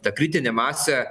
tą kritinę masę